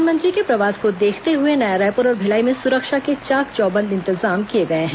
प्रधानमंत्री के प्रवास को देखते हुए नया रायपुर और भिलाई में सुरक्षा के चाक चौबंद इंतजाम किए गए हैं